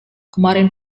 kemarin